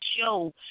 show